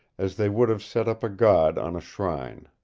as they would have set up a god on a shrine.